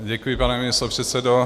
Děkuji, pane místopředsedo.